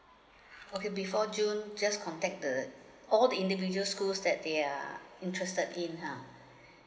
okay before june just contact the all the individual schools that they are interested in ha